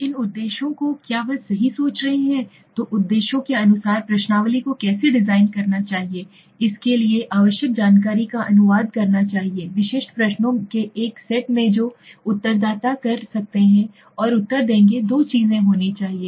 अब इन उद्देश्यों को क्या वह सही सोच रहे हैं तो उद्देश्यों के अनुसार प्रश्नावली को कैसे डिजाइन करना चाहिए इसके लिए आवश्यक जानकारी का अनुवाद करना चाहिए विशिष्ट प्रश्नों के एक सेट में जो उत्तरदाता कर सकते हैं और उत्तर देंगे दो चीजें होनी चाहिए